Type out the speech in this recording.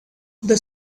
the